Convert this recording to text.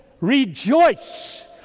rejoice